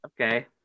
okay